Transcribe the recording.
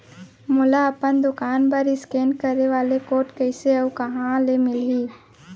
मोला अपन दुकान बर इसकेन करे वाले कोड कइसे अऊ कहाँ ले मिलही?